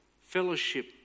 fellowship